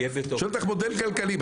אני שואל אותך מודל כלכלי.